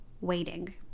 waiting